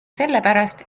sellepärast